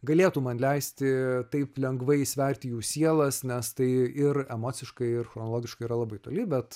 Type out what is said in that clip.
galėtų man leisti taip lengvai sverti jų sielas nes tai ir emociškai ir chronologiškai yra labai toli bet